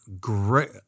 great